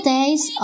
Days